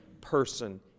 person